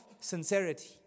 sincerity